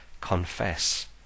confess